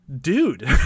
dude